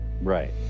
Right